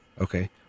Okay